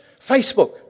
Facebook